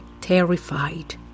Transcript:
terrified